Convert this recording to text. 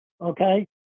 Okay